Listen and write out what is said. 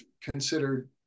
considered